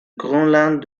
groenland